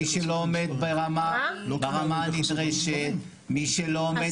מי שלא עומד ברמה הנדרשת, מי שלא עומד